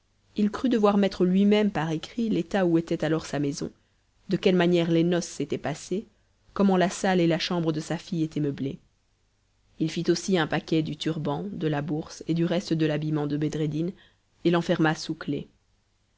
il crut devoir mettre lui-même par écrit l'état où était alors sa maison de quelle manière les noces s'étaient passées comment la salle et la chambre de sa fille étaient meublées il fit aussi un paquet du turban de la bourse et du reste de l'habillement de bedreddin et l'enferma sous la